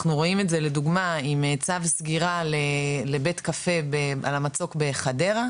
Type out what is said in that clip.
אנחנו רואים את זה לדוגמא עם צו סגירה לבית קפה על המצוק בחדרה,